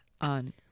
on